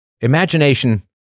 Imagination